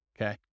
Okay